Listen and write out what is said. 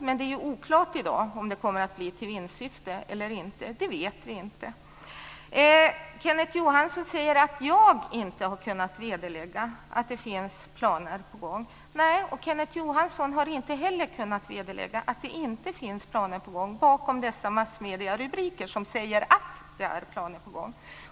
Men det är i dag oklart om det kommer att bli i vinstsyfte eller inte. Det vet vi inte. Kenneth Johansson säger att jag inte har kunnat vederlägga att det är planer på gång. Nej, men Kenneth Johansson har inte heller kunnat vederlägga att det inte finns planer på gång bakom dessa rubriker i massmedierna där det sägs att det är planer på gång.